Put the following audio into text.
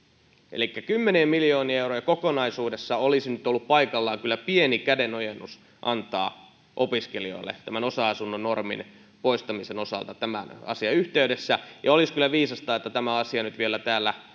elikkä kymmenien miljoonien eurojen kokonaisuudessa olisi nyt ollut paikallaan pieni kädenojennus antaa opiskelijoille tämän osa asunnon normin poistamisen osalta tämän asian yhteydessä ja olisi kyllä viisasta että tämä asia nyt vielä täällä